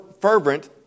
fervent